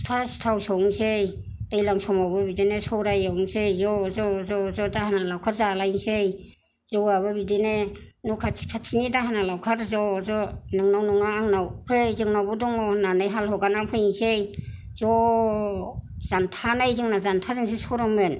फिथा सिथाव सौनसै दैलां समावबो बिदिनो सौराय एवनसै ज' ज' ज' ज' दाहोना लावखार जालायनसै जौआबो बिदिनो न' खाथि खाथिनि दाहोना लावखार ज' ज' नोंनाव नङा आंनाव फै जोंनावबो दङ होननानै हाल हगारनानै फैनसै ज' जानथा नै जोंना जानथाजोंसो सरगोन